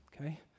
Okay